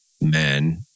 men